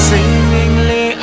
Seemingly